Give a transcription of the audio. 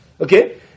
Okay